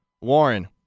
Warren